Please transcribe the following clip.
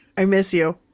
i miss you.